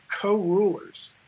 co-rulers